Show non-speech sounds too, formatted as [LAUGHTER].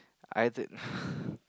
I had to [BREATH]